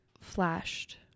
flashed